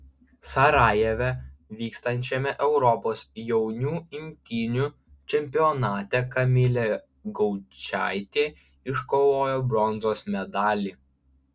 sarajeve vykstančiame europos jaunių imtynių čempionate kamilė gaučaitė iškovojo bronzos medalį